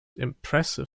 impressive